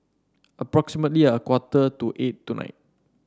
approximately a quarter to eight tonight